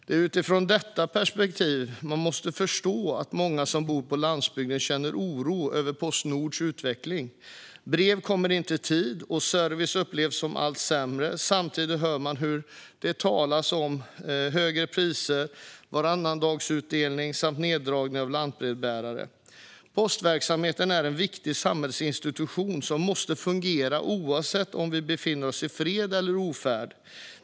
Det är utifrån detta perspektiv man måste förstå att många som bor på landsbygden känner oro över Postnords utveckling. Brev kommer inte i tid, och servicen upplevs som allt sämre. Samtidigt hör vi hur det talas om högre priser, varannandagsutdelning och neddragning av antalet lantbrevbärare. Postverksamheten är en viktig samhällsinstitution som måste fungera oavsett om vi befinner oss i fred eller i ofärd.